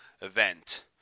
event